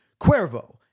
Cuervo